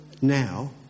now